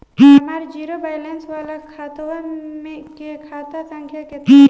हमार zero balance वाला खतवा के खाता संख्या केतना बा?